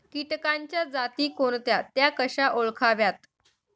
किटकांच्या जाती कोणत्या? त्या कशा ओळखाव्यात?